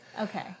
Okay